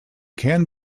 can